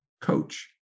coach